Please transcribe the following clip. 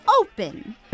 Open